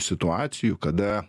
situacijų kada